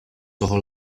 toho